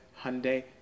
Hyundai